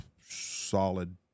solid